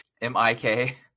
M-I-K